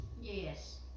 Yes